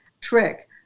trick